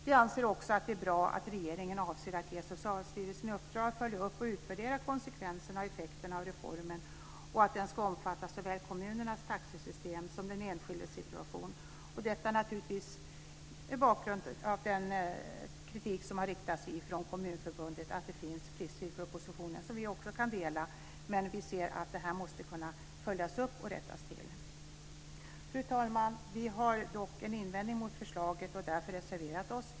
Vi anser också att det är bra att regeringen avser att ge Socialstyrelsen i uppdrag att följa upp och utvärdera konsekvenserna och effekterna av reformen och att den ska omfatta såväl kommunernas taxesystem som den enskildes situation. Detta är bakgrunden till den kritik som vi också kan dela som har riktats från Kommunförbundet att det finns brister i propositionen. Detta måste följas upp och rättas till. Fru talman! Vi har dock en invändning mot förslaget och har därför reserverat oss.